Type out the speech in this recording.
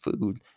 food